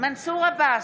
מנסור עבאס,